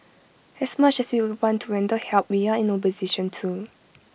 as much as we would want to render help we are in no position to